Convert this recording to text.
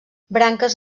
branques